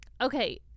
Okay